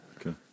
Okay